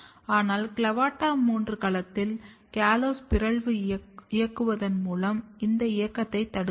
ஆனால் CLAVATA3 களத்தில் callose பிறழ்வு இயக்குவதன் மூலம் இந்த இயக்கத்தை தடுக்கலாம்